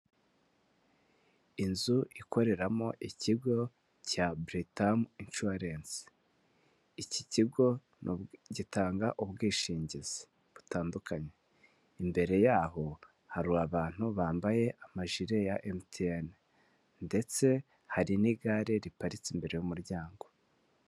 Inzu ikoreramo ikigo cya bretamu inshuwarense. Iki kigo gitanga ubwishingizi butandukanye. Imbere yaho hari abantu bambaye amajire ya emutiyene ndetse hari n'igare riparitse imbere y'umuryango.